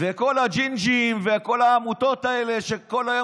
לכל הג'ינג'ים וכל העמותות האלה שכל יום